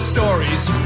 Stories